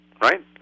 Right